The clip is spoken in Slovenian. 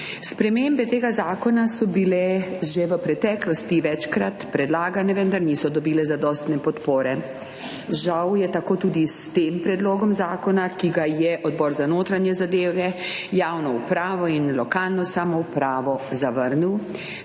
Spremembe tega zakona so bile že v preteklosti večkrat predlagane, vendar niso dobile zadostne podpore. Žal je tako tudi s tem predlogom zakona, ki ga je Odbor za notranje zadeve, javno upravo in lokalno samoupravo zavrnil,